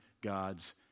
God's